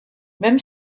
même